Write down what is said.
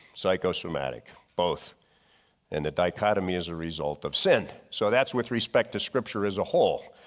psychosomatic both and the dichotomy is a result of sin. so that's with respect to scripture as a whole.